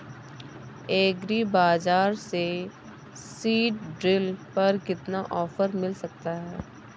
Agree Bazaar से seed drill पर कितना ऑफर मिल सकता है?